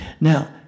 Now